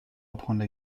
apprendre